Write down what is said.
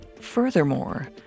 Furthermore